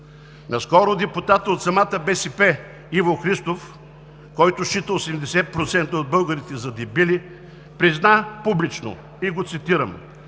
Наскоро депутатът от самата БСП Иво Христов, който счита 80% от българите за дебили, призна публично и го цитирам: